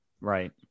Right